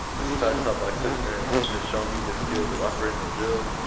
this class taught by chris mims has shown me the skills of operating a drill,